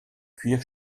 cuir